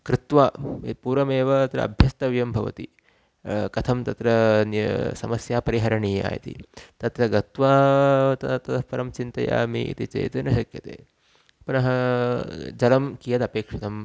कृत्वा यत् पूर्वमेव अत्र अभ्यस्तव्यं भवति कथं तत्र समस्या परिहरणीया इति तत्र गत्वा त ततः परं चिन्तयामि इति चेत् न शक्यते पुनः जलं कियदपेक्षितम्